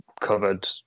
covered